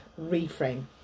reframe